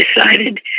decided